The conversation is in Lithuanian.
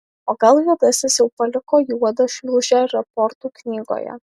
o gal juodasis jau paliko juodą šliūžę raportų knygoje